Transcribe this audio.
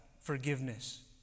forgiveness